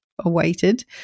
awaited